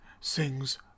sings